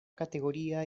categoría